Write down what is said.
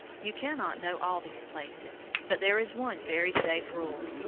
you cannot know all these places, but there is one very safe rule.